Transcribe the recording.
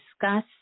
discuss